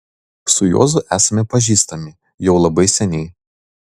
su juozu esame pažįstami jau labai seniai